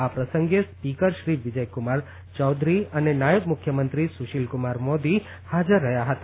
આ પ્રસંગે સ્પીકર શ્રી વિજયકુમાર ચૌધરી અને નાયબ મુખ્યમંત્રી સુશીલકુમાર મોદી હાજર રહ્યા હતા